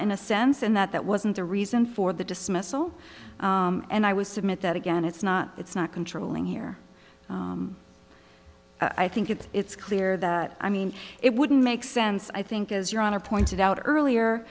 in a sense and that that wasn't the reason for the dismissal and i was submit that again it's not it's not controlling here i think it's clear that i mean it wouldn't make sense i think as your honor pointed out earlier